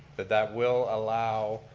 that that will allow,